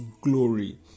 glory